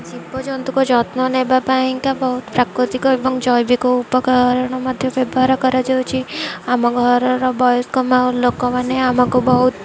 ଜୀବଜନ୍ତୁଙ୍କ ଯତ୍ନ ନେବା ପାଇଁକା ବହୁତ ପ୍ରାକୃତିକ ଏବଂ ଜୈବିକ ଉପକରଣ ମଧ୍ୟ ବ୍ୟବହାର କରାଯାଉଛିି ଆମ ଘରର ବୟସ୍କ ମା ଲୋକମାନେ ଆମକୁ ବହୁତ